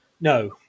No